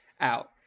out